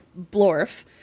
Blorf